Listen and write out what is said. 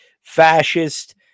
fascist